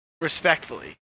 respectfully